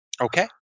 Okay